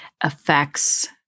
affects